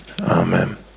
Amen